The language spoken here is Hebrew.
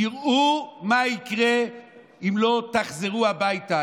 תראו מה יקרה אם לא תחזרו הביתה,